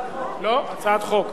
לא, הצעת חוק.